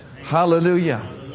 Hallelujah